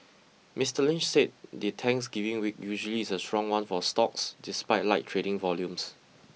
Mister Lynch said the Thanksgiving week usually is a strong one for stocks despite light trading volumes